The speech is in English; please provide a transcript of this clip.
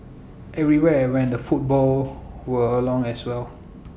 everywhere I went the football were along as well